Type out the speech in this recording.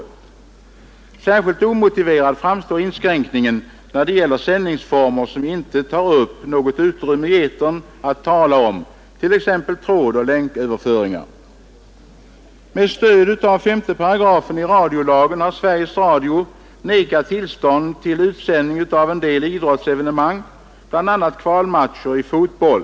Som särskilt omotiverad framstår inskränkningen när det gäller sändningsformer som inte tar i anspråk något utrymme i etern att tala om, t.ex. trådoch länköverföringar. Med stöd 5 8 i radiolagen har Sveriges Radio nekat tillstånd till utsändning av en del idrottsevenemang, bl.a. kvalmatcher i fotboll.